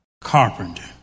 carpenter